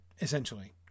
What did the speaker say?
essentially